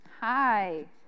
Hi